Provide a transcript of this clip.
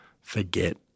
forget